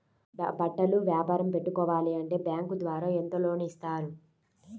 బట్టలు వ్యాపారం పెట్టుకోవాలి అంటే బ్యాంకు ద్వారా ఎంత లోన్ ఇస్తారు?